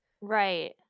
Right